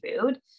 food